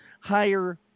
higher